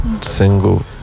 single